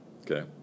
okay